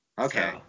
Okay